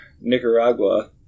Nicaragua